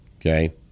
Okay